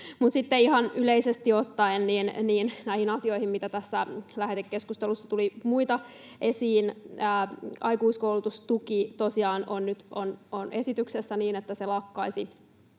Sitten ihan yleisesti ottaen näihin muihin asioihin, mitä tässä lähetekeskustelussa tuli esiin: Aikuiskoulutustuki tosiaan on nyt esityksessä niin, että se lakkaisi